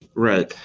right.